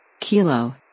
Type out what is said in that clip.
Kilo